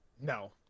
no